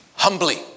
humbly